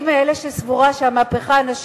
אני מאלה שסבורים שהמהפכה הנשית,